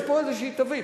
יש פה איזו תווית.